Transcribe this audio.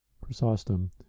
Chrysostom